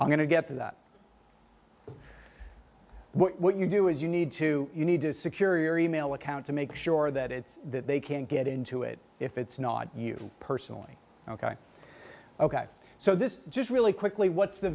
i'm going to get to that what you do is you need to you need to secure your e mail account to make sure that it's that they can't get into it if it's not you personally ok ok so this just really quickly what's the